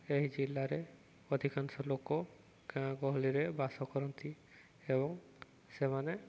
ଏହି ଜିଲ୍ଲାରେ ଅଧିକାଂଶ ଲୋକ ଗାଁ ଗହଳିରେ ବାସ କରନ୍ତି ଏବଂ ସେମାନେ